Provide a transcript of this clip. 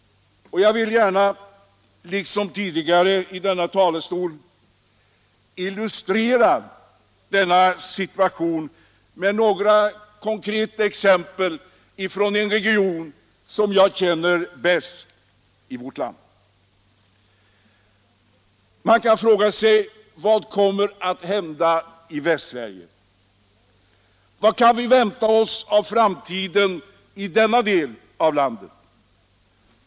Jag vill i dag liksom tidigare från denna talarstol illustrera min uppfattning med några konkreta exempel på närings och sysselsättningsläget i den region av vårt land som jag känner bäst. Man kan fråga sig: Vad kommer att hända i Västsverige? Vad kan vi vänta oss av framtiden i denna del av landet?